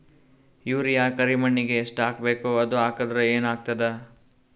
Urea ಕರಿಮಣ್ಣಿಗೆ ಎಷ್ಟ್ ಹಾಕ್ಬೇಕ್, ಅದು ಹಾಕದ್ರ ಏನ್ ಆಗ್ತಾದ?